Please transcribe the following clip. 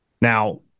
Now